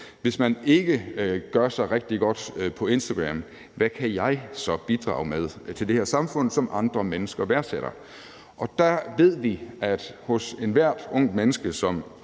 hvis man ikke gør sig rigtig godt på Instagram, så spørger man: Hvad kan jeg så bidrage med til det her samfund, som andre mennesker værdsætter? Og der ved vi, at for ethvert ungt menneske, som